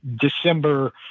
December